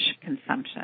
consumption